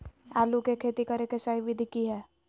आलू के खेती करें के सही विधि की हय?